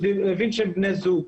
הוא הבין שהם בני זוג.